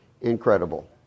incredible